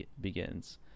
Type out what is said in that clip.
begins